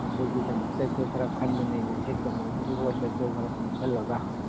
ꯑꯗꯨꯒꯤꯗꯃꯛꯇ ꯑꯩꯈꯣꯏ ꯈꯔ ꯈꯟꯅ ꯅꯩꯅꯁꯤ ꯀꯝꯃꯨꯅꯤꯇꯤ ꯍꯣꯜꯗ ꯑꯩꯈꯣꯏ ꯈꯔ ꯄꯨꯟꯁꯜꯂꯒ